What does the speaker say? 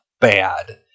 bad